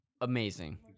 Amazing